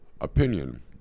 opinion